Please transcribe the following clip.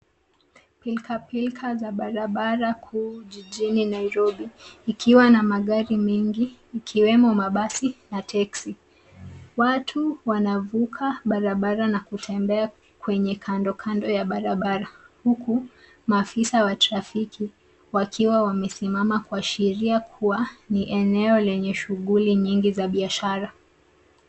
Pilka pilka za barabara kuu jijini Nairobi ikiwa na magari mengi ikiwemo mabasi na teksi. Watu wanavuka barabara na kutembea kwenye kando kando ya barabara huku maafisa wa trafiki wakiwa wamesimama kwa sheria kwani eneo lenye shughuli nyingi za biashara.